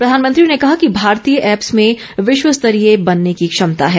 प्रधानमंत्री ने कहा कि भारतीय ऐप्स में विश्व स्तरीय बनने की क्षमता है